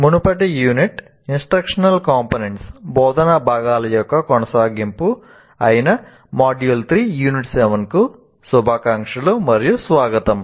మునుపటి unit instructional components బోధనా భాగాల యొక్క కొనసాగింపు అయిన మాడ్యూల్ 3 యూనిట్ 7 కు శుభాకాంక్షలు మరియు స్వాగతం